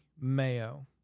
mayo